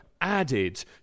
added